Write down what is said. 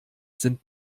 sind